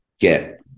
get